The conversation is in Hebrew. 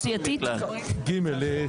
סדר-היום.